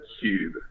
Cube